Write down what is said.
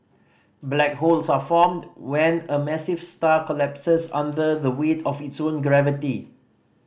black holes are formed when a massive star collapses under the weight of its own gravity